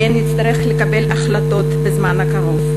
שעליהן נצטרך לקבל החלטות בזמן הקרוב: